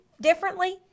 differently